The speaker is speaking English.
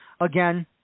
again